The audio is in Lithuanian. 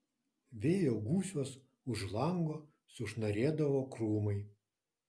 vėjo gūsiuos už lango sušnarėdavo krūmai